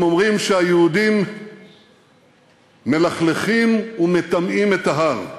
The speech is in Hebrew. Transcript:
הם אומרים שהיהודים מלכלכים ומטמאים את ההר.